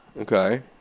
Okay